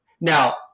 Now